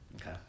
Okay